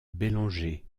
bellanger